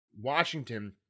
Washington